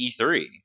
E3